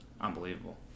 unbelievable